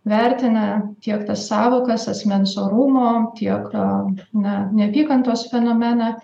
vertina tiek tas sąvokas asmens orumo tiek na neapykantos fenomeną